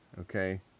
okay